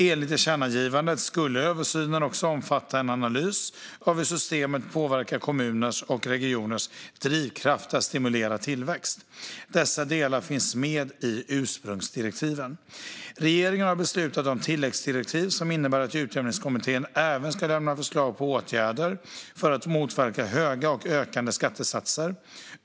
Enligt tillkännagivandet skulle översynen också omfatta en analys av hur systemet påverkar kommuners och regioners drivkrafter att stimulera tillväxt. Dessa delar finns med i ursprungsdirektiven. Regeringen har beslutat om tilläggsdirektiv som innebär att Utjämningskommittén även ska lämna förslag på åtgärder för att motverka höga och ökande skattesatser.